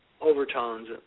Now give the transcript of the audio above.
overtones